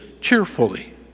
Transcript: cheerfully